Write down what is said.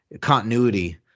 continuity